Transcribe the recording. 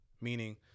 meaning